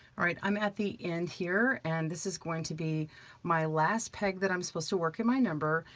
all right, i'm at the end here. and this is going to be my last peg that i'm supposed to work in my number.